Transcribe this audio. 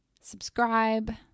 subscribe